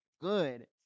good